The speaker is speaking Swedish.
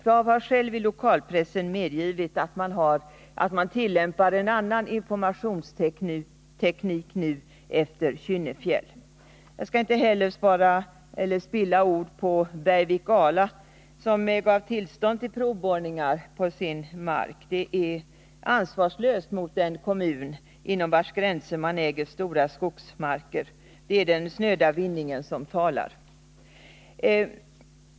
Prav har självt i lokalpressen medgivit att programrådet tillämpar en annan informationsteknik nu efter Kynnefjäll. Jag skall inte heller spilla ord på Bergvik och Ala AB, som gav tillstånd till provborrningar på sin mark. Det är ansvarslöst handlat gentemot den kommun inom vars gränser företaget äger stora skogsmarker. Det är den snöda vinningen som talar.